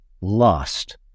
lost